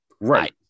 right